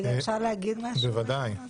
אפשר לומר משהו בעניין הזה.